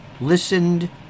listened